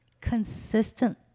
Consistent